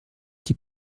die